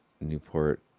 Newport